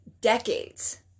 decades